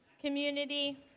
community